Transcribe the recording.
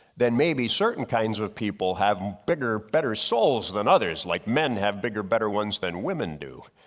then maybe certain kinds of people have bigger better souls than others like men have bigger better ones than women do.